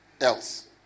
else